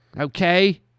Okay